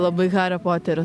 labai hario poterio